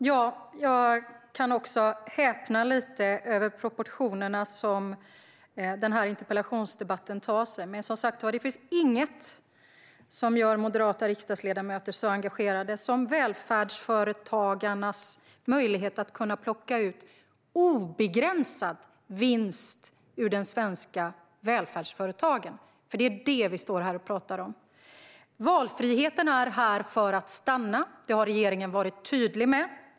Fru talman! Jag kan häpna lite över de proportioner som denna interpellationsdebatt antar. Det finns som sagt inget som gör moderata riksdagsledamöter så engagerade som välfärdsföretagarnas möjligheter att plocka ut obegränsad vinst ur de svenska välfärdsföretagen, för det är detta som vi står här och talar om. Valfriheten är här för att stanna. Detta har regeringen varit tydlig med.